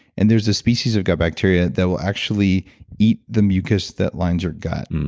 and there's a species of gut bacteria that will actually eat the mucus that lines your gut, and